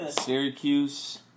Syracuse